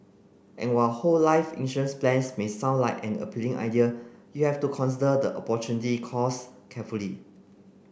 and while whole life insurance plans may sound like an appealing idea you have to consider the opportunity costs carefully